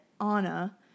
Anna